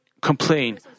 complain